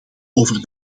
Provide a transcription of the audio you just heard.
over